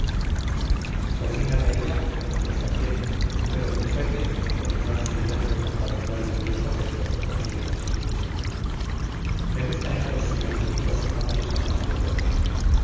sardina reía y nosotros también pero trijueque imponiéndonos silencio con su habitual imperioso gesto prosiguió así me gustan estos señoriticos que no piensan más que en dormir